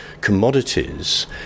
commodities